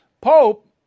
Pope